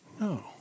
No